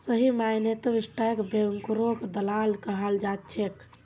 सही मायनेत स्टाक ब्रोकरक दलाल कहाल जा छे